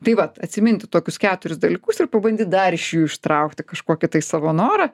tai vat atsiminti tokius keturis dalykus ir pabandyt dar iš jų ištraukti kažkokį tai savo norą